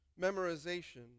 memorization